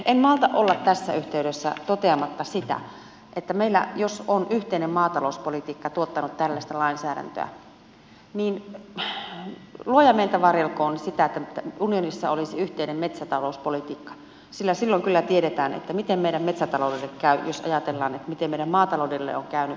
en malta olla tässä yhteydessä toteamatta sitä että jos meillä on yhteinen maatalouspolitiikka tuottanut tällaista lainsäädäntöä niin luoja meitä varjelkoon siltä että unionissa olisi yhteinen metsätalouspolitiikka sillä silloin kyllä tiedetään miten meidän metsätaloudelle käy jos ajatellaan miten meidän maataloudelle on käynyt